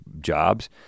jobs